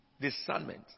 Discernment